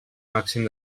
màxim